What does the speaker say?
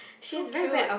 so cute